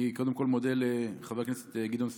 אני קודם כול מודה לחבר הכנסת גדעון סער,